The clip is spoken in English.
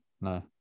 No